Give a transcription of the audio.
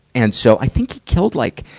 and so i think he killed, like,